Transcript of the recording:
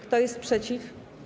Kto jest przeciw?